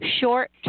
short